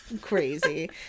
Crazy